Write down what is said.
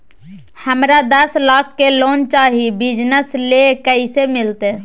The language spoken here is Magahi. हमरा दस लाख के लोन चाही बिजनस ले, कैसे मिलते?